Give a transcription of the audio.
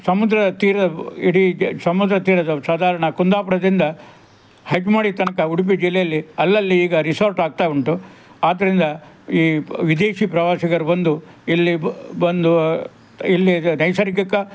ಸಮುದ್ರ ತೀರ ಇಡೀ ಸಮುದ್ರ ತೀರದ ಸಾಧಾರಣ ಕುಂದಾಪುರದಿಂದ ಹೆಜ್ಮಾಡಿ ತನಕ ಉಡುಪಿ ಜಿಲ್ಲೆಯಲ್ಲಿ ಅಲ್ಲಲ್ಲಿ ಈಗ ರಿಸೋರ್ಟ್ ಆಗ್ತಾ ಉಂಟು ಆದ್ದರಿಂದ ಈ ವಿದೇಶಿ ಪ್ರವಾಸಿಗರು ಬಂದು ಇಲ್ಲಿ ಬಂದು ಇಲ್ಲಿ ನೈಸರ್ಗಿಕ